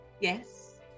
Yes